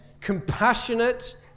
Compassionate